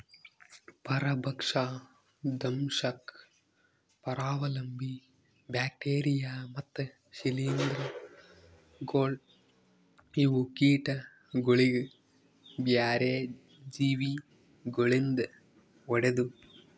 ಪರಭಕ್ಷ, ದಂಶಕ್, ಪರಾವಲಂಬಿ, ಬ್ಯಾಕ್ಟೀರಿಯಾ ಮತ್ತ್ ಶ್ರೀಲಿಂಧಗೊಳ್ ಇವು ಕೀಟಗೊಳಿಗ್ ಬ್ಯಾರೆ ಜೀವಿ ಗೊಳಿಂದ್ ಹೊಡೆದು